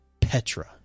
Petra